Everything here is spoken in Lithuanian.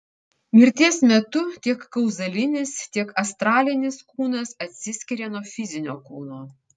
mirties metu tiek kauzalinis tiek astralinis kūnas atsiskiria nuo fizinio kūno